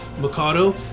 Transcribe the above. Mikado